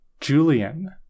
Julian